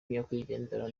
nyakwigendera